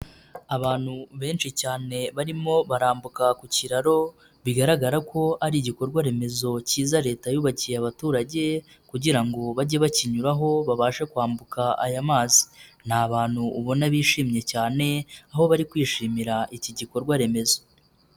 Abantu benshi cyane barimo barambuka ku kiraro bigaragara ko ari igikorwa remezo cyiza Leta yubakiye abaturage kugira ngo bajye bakinyuraho babashe kwambuka aya mazi, ni abantu ubona bishimye cyane aho bari kwishimira iki gikorwa remezo.